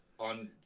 On